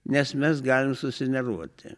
nes mes galim susinervuoti